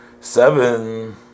seven